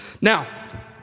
Now